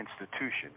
institution